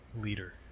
leader